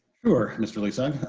sure mr. lee-sung.